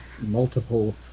multiple